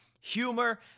humor